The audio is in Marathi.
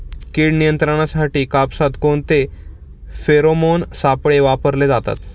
कीड नियंत्रणासाठी कापसात कोणते फेरोमोन सापळे वापरले जातात?